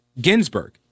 Ginsburg